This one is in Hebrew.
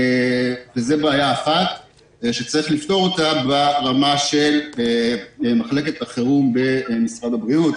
זה בעיה אחת שצריך לפתור אותה ברמה של מחלקת החירום במשרד הבריאות.